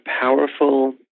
powerful